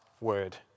word